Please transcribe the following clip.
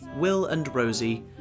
WillAndRosie